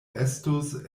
estus